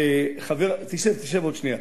שב עוד שנייה.